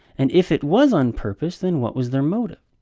and if it was on purpose, then what was their motive?